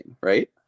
right